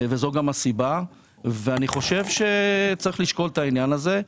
אני חושב שצריך לשקול את העניין זה,